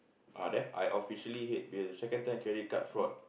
ah there I officially hate bill second time credit card fraud